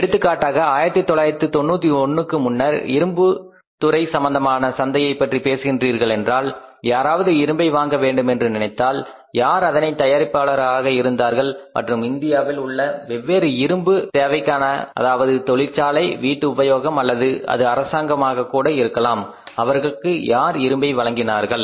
எடுத்துக்காட்டாக 1991க்கு முன்னர் இருந்த இரும்பு துறை சம்பந்தமான சந்தையைப் பற்றி பேசுகின்றீர்கள் என்றால் யாராவது இரும்பை வாங்க வேண்டும் என்று நினைத்தால் யார் அதனை தயாரிப்பாளர்களாக இருந்தார்கள் மற்றும் இந்தியாவில் உள்ள வெவ்வேறு இரும்பு தேவைகளுக்கு அதாவது தொழிற்சாலை வீட்டு உபயோகம் அல்லது அது அரசாங்கம் ஆக கூட இருக்கலாம் அவர்களுக்கு யார் இரும்பை வழங்கினார்கள்